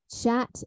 chat